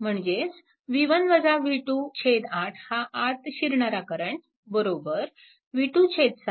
म्हणजेच 8 हा आत शिरणारा करंट v26